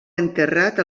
enterrat